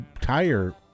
tire